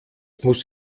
muss